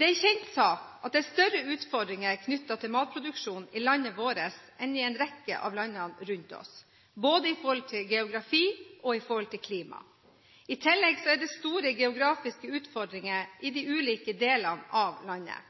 Det er en kjent sak at det er større utfordringer knyttet til matproduksjon i landet vårt enn i en rekke av landene rundt oss, både i forhold til geografi og klima. I tillegg er det store geografiske utfordringer i de ulike delene av landet.